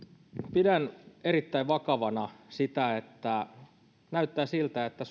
pidän erittäin vakavana sitä että näyttää siltä että